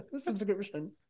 subscription